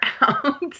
out